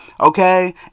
Okay